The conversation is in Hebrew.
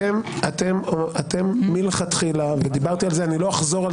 אתם מלכתחילה ודיברתי על זה ולא אחזור,